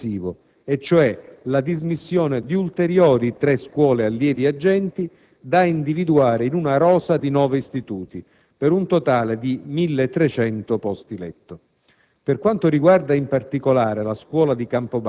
La «fase due» prevede un passaggio successivo e cioè la dismissione di ulteriori tre scuole allievi agenti da individuare in una rosa di nove istituti, per un totale di 1.300 posti letto.